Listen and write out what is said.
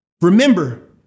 Remember